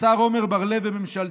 השר עמר בר לב בממשלתך,